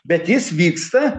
bet jis vyksta